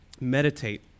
Meditate